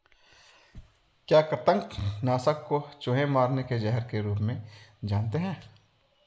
क्या कृतंक नाशक को चूहे मारने के जहर के रूप में जानते हैं?